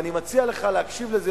ואני מציע לך להקשיב לזה,